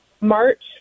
March